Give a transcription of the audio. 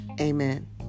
amen